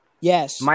Yes